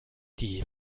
die